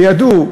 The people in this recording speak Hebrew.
וידעו,